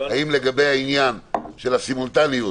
האם לגבי העניין של הסימולטניות